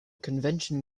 convention